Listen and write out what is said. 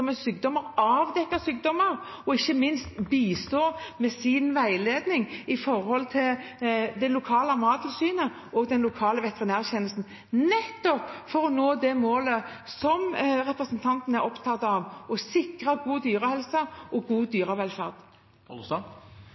veiledning til det lokale mattilsynet og den lokale veterinærtjenesten – nettopp for å nå det målet som representanten Pollestad er opptatt av: å sikre god dyrehelse og god dyrevelferd.